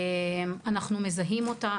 אנחנו מזהים אותה.